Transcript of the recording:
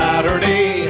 Saturday